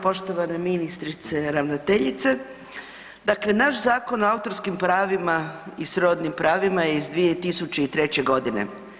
Poštovana ministrice, ravnateljice, dakle naš Zakon o autorskim pravima i srodnim pravima je iz 2003. godine.